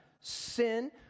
sin